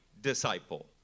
disciple